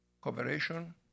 cooperation